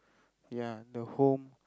ya the home